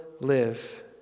live